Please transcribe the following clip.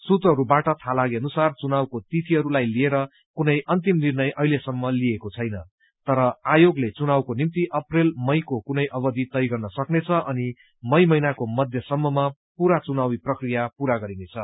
सूत्रहरूबाट थाहा लागे अनुसार चुनावको तिथिहरूलाई लिएर कुनै अन्तिम निर्णय अहिलेसम्म लिइएको छैन तर आयोगले चुनावको निम्ति अप्रेल मईको कुनै अवधि तय गर्न सक्नेछ अनि मई महिनाको मध्यसम्ममा पूरा चुनावी प्रक्रिया पूरा गरिनेछ